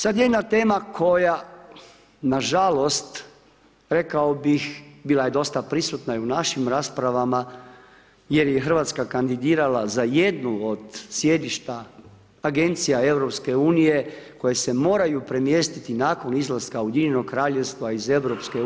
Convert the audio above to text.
Sad jedna tema koja na žalost rekao bih bila je dosta prisutna i u našim raspravama, jer je Hrvatska kandidirala za jednu od sjedišta Agencija EU koje se moraju premjestiti nakon izlaska Ujedinjenog Kraljevstva iz EU.